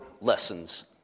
lessons